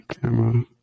Camera